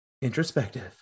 introspective